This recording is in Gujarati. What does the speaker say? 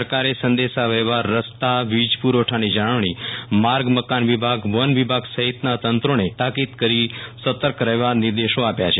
સરકારે સંદેશાવ્યવહાર રસ્તા વીજપુરવઠાની જાળવણી માર્ગ મકાન વિભાગ વન વિભાગ સહિતના તંત્રોને તાકીદ કરી સર્તક રહેવા નિર્દેશો આપ્યા છે